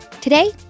Today